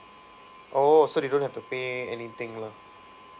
oh so they don't have to pay anything lah